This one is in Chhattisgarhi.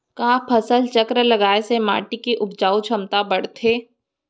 का फसल चक्र लगाय से माटी के उपजाऊ क्षमता बढ़थे?